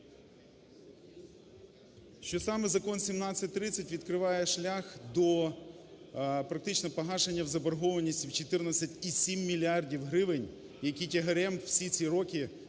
…Що саме Закон 1730 відкриває шлях до практично погашення в заборгованість в 14,7 мільярдів гривень, які тягарем всі ці роки